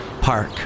Park